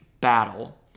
battle